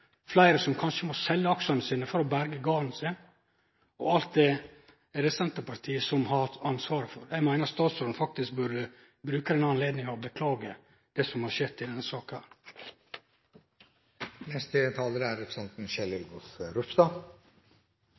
fleire må kanskje selje aksjane sine for å berge garden sin, og alt det er det Senterpartiet som har hatt ansvaret for. Eg meiner statsråden faktisk burde bruke denne anledninga og beklage det som har skjedd i denne